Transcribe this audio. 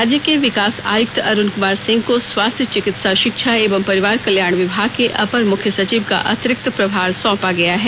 राज्य के विकास आयुक्त अरुण कुमार सिंह को स्वास्थ्य चिकित्सा शिक्षा एवं परिवार कल्याण विभाग के अपर मुख्य सचिव का अतिरिक्त प्रभार सौंपा गया है